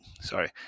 sorry